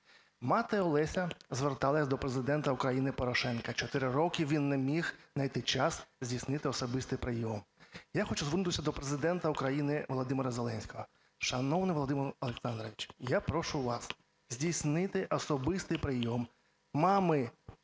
Мати Олеся зверталась до Президента України Порошенка, 4 роки він не міг знайти час здійснити особистий прийом. Я хочу звернутися до Президента України Володимира Зеленського. Шановний Володимире Олександровичу, я прошу вас здійснити особистий прийом мами